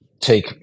take